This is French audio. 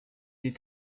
est